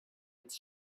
its